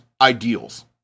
ideals